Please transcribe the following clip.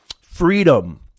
freedom